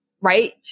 right